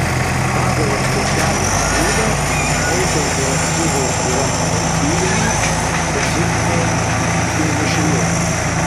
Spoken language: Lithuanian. pagal apskaičiavimo būdą muitai ir akcizai yra vertybiniai specifiniai ir mišrieji